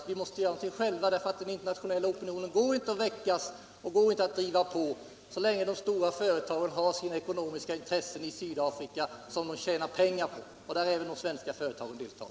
Vi måste göra något själva, eftersom den internationella opinionen inte kan väckas och göra någonting så länge stora företag — även svenska — har ekonomiska intressen i Sydafrika och tjänar pengar på sin verksamhet där.